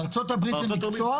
בארצות הברית זה מקצוע.